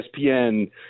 ESPN